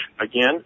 again